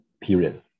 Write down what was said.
period